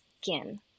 skin